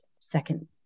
second